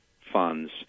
funds